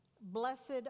Blessed